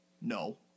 No